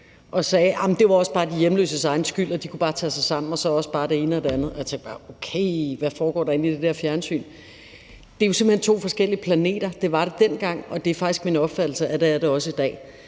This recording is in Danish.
som sagde, at det også bare var de hjemløses egen skyld, og at de bare kunne tage sig sammen og bare kunne det ene og det andet. Og jeg tænkte bare: Hey, hvad foregår der inde i det der fjernsyn! Det er jo simpelt hen to forskellige planeter – det var det dengang, og det er faktisk min opfattelse, at det er det også i dag.